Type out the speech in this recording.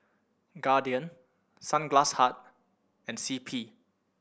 Guardian Sunglass Hut and C P